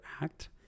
act